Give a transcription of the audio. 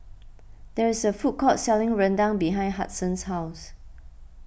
there is a food court selling Rendang behind Hudson's house